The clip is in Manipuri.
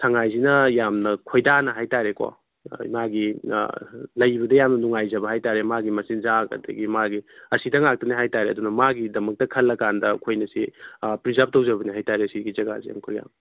ꯁꯉꯥꯏꯁꯤꯅ ꯌꯥꯝꯅ ꯈꯣꯏꯗꯥꯅ ꯍꯥꯏꯇꯔꯦꯀꯣ ꯃꯥꯒꯤ ꯂꯩꯕꯗ ꯌꯥꯝꯅ ꯅꯨꯡꯉꯥꯏꯖꯕ ꯍꯥꯏꯇꯔꯦ ꯃꯥꯒꯤ ꯃꯆꯤꯟꯖꯥꯛ ꯑꯗꯒꯤ ꯃꯥꯒꯤ ꯑꯁꯤꯗ ꯉꯥꯛꯇꯅꯤ ꯍꯥꯏꯇꯔꯦ ꯑꯗꯨꯅ ꯃꯥꯒꯤꯗꯃꯛꯇ ꯈꯜꯂ ꯀꯥꯟꯗ ꯑꯩꯈꯣꯏꯅ ꯁꯤ ꯑꯥ ꯄ꯭ꯔꯤꯖꯥꯕ ꯇꯧꯖꯕꯅꯤ ꯍꯥꯏꯇꯔꯦ ꯁꯤꯒꯤ ꯖꯒꯥꯁꯦ